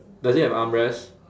does it have armrest